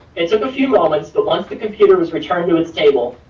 it took a few moments, but once the computer was returned to its table,